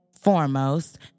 foremost